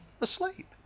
asleep